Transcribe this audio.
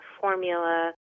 formula